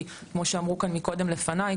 כי כמו שאמרו כאן מקודם לפניי,